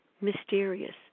mysterious